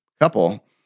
couple